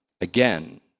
again